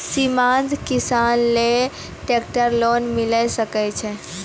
सीमांत किसान लेल ट्रेक्टर लोन मिलै सकय छै?